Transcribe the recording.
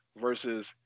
versus